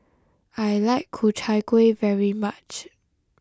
I like Ku Chai Kueh very much